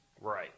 right